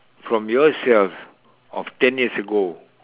from yourself of ten years ago